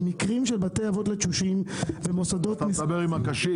במקרים של בתי אבות לתשושים ומוסדות --- אתה מדבר עם הקשיש?